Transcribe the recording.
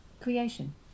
creation